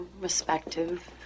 respective